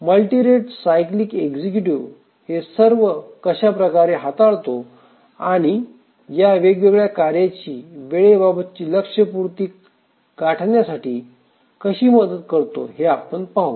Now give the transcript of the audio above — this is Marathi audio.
मल्टी रेट सायक्लीक एक्झिक्यूटिव्ह हे सर्व कशाप्रकारे हाताळतो आणि या वेगवेगळ्या कार्य ची वेळेबाबत ची लक्ष पूर्ती गाठण्यासाठी कशी मदत करतो हे आपण पाहू